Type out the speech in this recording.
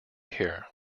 here